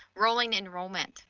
rolling enrollment.